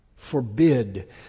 forbid